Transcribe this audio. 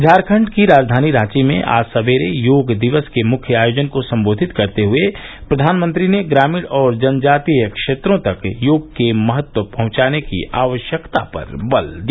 झारखंड की राजधानी रांची में आज सकेरे योग दिवस के मुख्य आयोजन को सम्बोधित करते हुए प्रधानमंत्री ने ग्रामीण और जनजातीय क्षेत्रों तक योग के महत्व पहुंचाने की आवश्यकता पर बल दिया